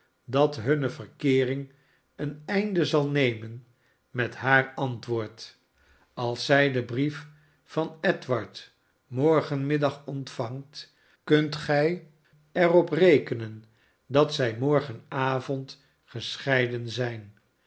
dat hunne verkeering een einde zal nemen met haar antwoord als zij den brief van edward morgenmiddag ontvangt kunt gij er op rekenen dat zij morgenavond gescheiden zijn